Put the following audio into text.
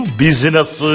business